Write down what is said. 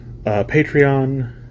Patreon